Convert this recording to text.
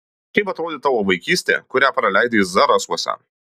kaip atrodė tavo vaikystė kurią praleidai zarasuose